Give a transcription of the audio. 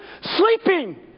sleeping